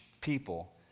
people